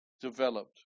developed